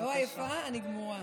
אפרת, את נראית